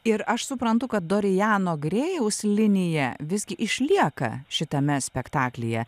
ir aš suprantu kad dorijano grėjaus linija vis tik išlieka šitame spektaklyje